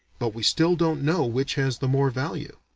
but we still don't know which has the more value.